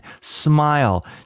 smile